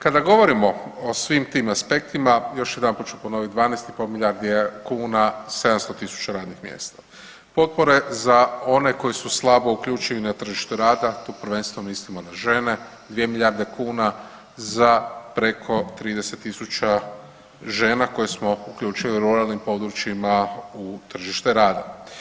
Kada govorimo o svim tim aspektima još jedanput ću ponoviti 12,5 milijardi kuna, 700.000 radnih mjesta, potpore za one koji su slabo uključivi na tržištu rada, tu prvenstveno mislimo na žene 2 milijarde kuna za preko 30.000 žena koja smo uključili u ruralnim područjima u tržište rada.